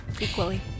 equally